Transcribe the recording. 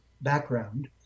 background